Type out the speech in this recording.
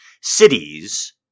cities